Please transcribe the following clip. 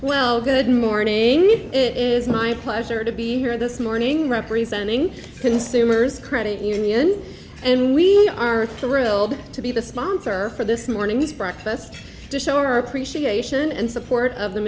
well good morning it is my pleasure to be here this morning representing consumers credit union and we are thrilled to be the sponsor for this morning's breakfast to show our appreciation and support of the